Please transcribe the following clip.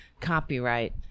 copyright